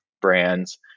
brands